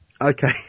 Okay